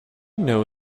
know